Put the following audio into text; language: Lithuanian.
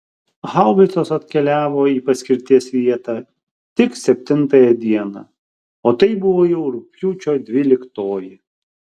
haubicos atkeliavo į paskirties vietą tik septintąją dieną o tai buvo jau rugpjūčio dvyliktoji